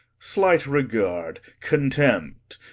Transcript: sleight regard, contempt,